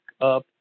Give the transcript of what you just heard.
up